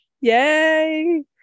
Yay